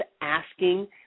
asking